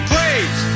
Please